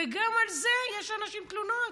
וגם על זה יש לאנשים תלונות.